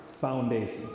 foundation